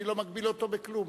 אני לא מגביל אותו בכלום,